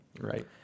Right